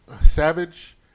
Savage